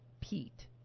Pete